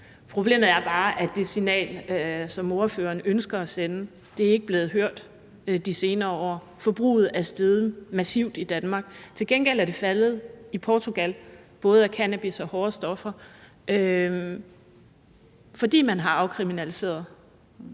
Problemet er bare, at det signal, som ordføreren ønsker at sende, ikke er blevet hørt i de senere år. Forbruget er steget massivt i Danmark. Til gengæld er det faldet i Portugal både i forhold til cannabis og hårde stoffer, fordi man har afkriminaliseret